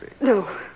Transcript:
No